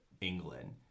England